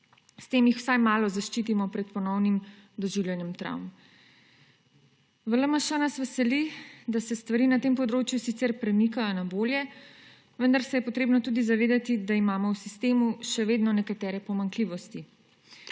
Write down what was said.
S tem jih vsaj malo zaščitimo pred ponovnim doživljanjem travm. V LMŠ nas veseli, da se stvari na tem področju sicer premikajo na bolje, vendar se je potrebno tudi zavedati, da imamo v sistemu še vedno nekatere pomanjkljivosti.